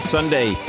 Sunday